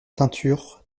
teintures